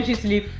sleep,